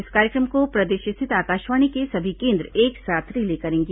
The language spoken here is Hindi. इस कार्यक्रम को प्रदेश स्थित आकाशवाणी के सभी केन्द्र एक साथ रिले करेंगे